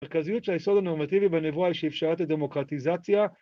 ‫מרכזיות של היסוד הנורמטיבי בנבואה ‫היא שאפשרה את הדמוקרטיזציה.